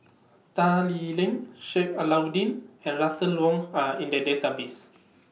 Tan Lee Leng Sheik Alau'ddin and Russel Wong Are in The Database